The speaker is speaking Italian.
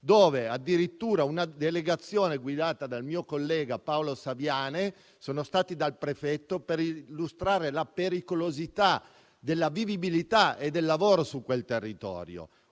dove addirittura una delegazione guidata dal mio collega Paolo Saviane è stata dal prefetto per illustrare la pericolosità per la vivibilità e per il lavoro su quel territorio.